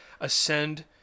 ascend